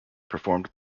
performed